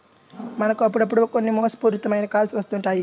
మనకు అప్పుడప్పుడు కొన్ని మోసపూరిత మైన కాల్స్ వస్తుంటాయి